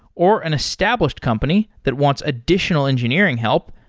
or an established company that wants additional engineering help,